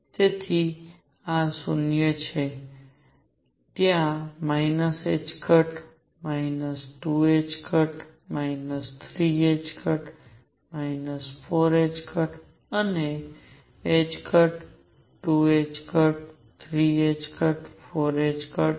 તેથી ત્યાં 0 છે ત્યાં ℏ 2ℏ 3ℏ 4ℏ અને ℏ 2ℏ 3ℏ 4ℏ છે